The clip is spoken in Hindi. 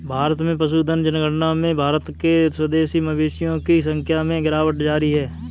भारत में पशुधन जनगणना में भारत के स्वदेशी मवेशियों की संख्या में गिरावट जारी है